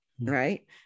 right